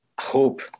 hope